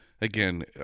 Again